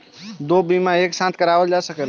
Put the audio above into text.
दो बीमा एक साथ करवाईल जा सकेला?